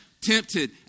tempted